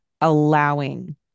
allowing